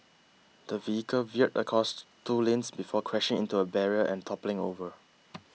the vehicle veered a costs two lanes before crashing into a barrier and toppling over